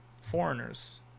foreigners